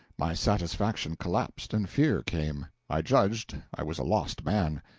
my satisfaction collapsed, and fear came i judged i was a lost man.